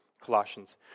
Colossians